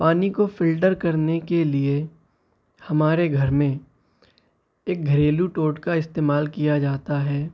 پانی کو فلٹر کرنے کے لیے ہمارے گھر میں ایک گھریلو ٹوٹکا استعمال کیا جاتا ہے